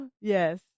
Yes